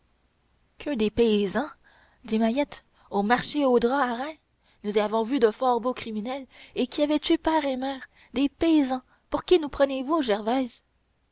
que des paysans dit mahiette au marché aux draps à reims nous y avons vu de fort beaux criminels et qui avaient tué père et mère des paysans pour qui nous prenez-vous gervaise